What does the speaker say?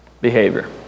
behavior